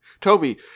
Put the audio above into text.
Toby